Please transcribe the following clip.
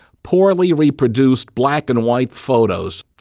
poorly reproduced black and white photos.